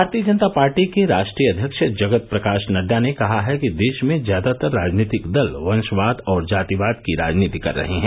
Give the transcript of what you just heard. भारतीय जनता पार्टी के राष्ट्रीय अध्यक्ष जगत प्रकाश नड्डा ने कहा है कि देश में ज्यादातर राजनीतिक दल वंशवाद और जातिवाद की राजनीति कर रहे हैं